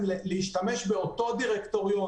להשתמש באותו דירקטוריון,